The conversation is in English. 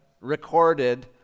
recorded